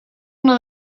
una